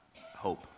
hope